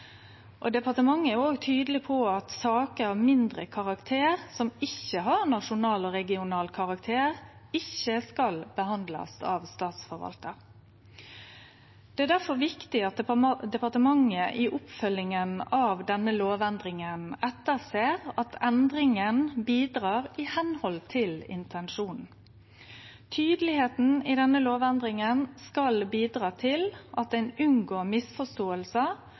Departementet er òg tydeleg på at saker av mindre karakter som ikkje har nasjonal og regional karakter, ikkje skal bli behandla av statsforvaltar. Det er difor viktig at departementet i oppfølginga av denne lovendringa etterser at endringa bidreg i samsvar med intensjonen. Tydelegheita i denne lovendringa skal bidra til at ein unngår